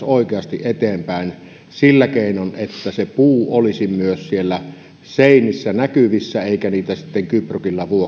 oikeasti eteenpäin sillä keinoin että se puu olisi myös siellä seinissä näkyvissä eikä niitä sitten gyprocilla